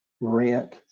rent